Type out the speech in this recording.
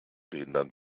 behindern